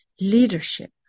leadership